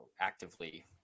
actively